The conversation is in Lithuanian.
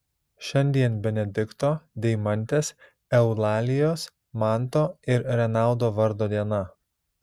šiandien benedikto deimantės eulalijos manto ir renaldo vardo diena